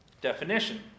definition